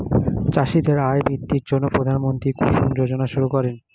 চাষীদের আয় বৃদ্ধির জন্য প্রধানমন্ত্রী কুসুম যোজনা শুরু করেন